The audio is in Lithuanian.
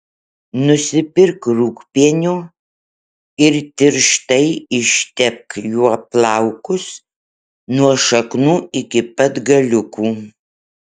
nusipirk rūgpienio ir tirštai ištepk juo plaukus nuo šaknų iki pat galiukų